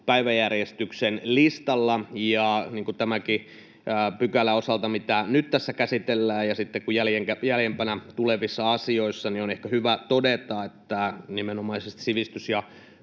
päiväjärjestyksen listalla, ja tämänkin pykälän osalta, mitä nyt tässä käsitellään, niin kuin jäljempänä tulevienkin asioiden osalta, on ehkä hyvä todeta, että nimenomaisesti sivistys ja